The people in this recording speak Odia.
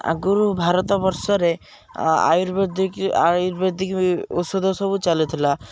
ଆଗରୁ ଭାରତ ବର୍ଷରେ ଆୟୁର୍ବେଦିକ ଆୟୁର୍ବେଦିକ ଔଷଧ ସବୁ ଚାଲିଥିଲା